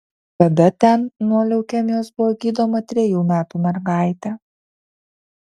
tada ten nuo leukemijos buvo gydoma trejų metų mergaitė